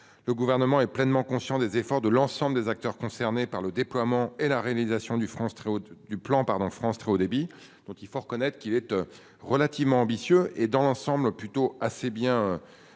Le gouvernement est pleinement conscient des efforts de l'ensemble des acteurs concernés par le déploiement et la réalisation du France très haute du plan pardon France très haut débit. Donc, il faut reconnaître qu'il est relativement ambitieux et dans l'ensemble plutôt assez bien livrer